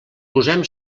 posem